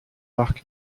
parc